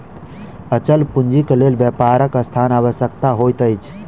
अचल पूंजीक लेल व्यापारक स्थान आवश्यक होइत अछि